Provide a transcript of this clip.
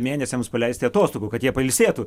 mėnesiams paleisti atostogų kad jie pailsėtų